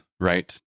right